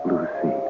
Lucy